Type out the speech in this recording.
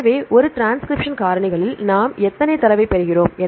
எனவே ஒரு டிரான்ஸ்கிரிப்ஷன் காரணிகளில் நாம் எத்தனை தரவைப் பெறுகிறோம்